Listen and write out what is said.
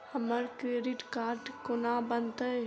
हमरा credit card कोना बनतै?